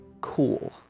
cool